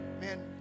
man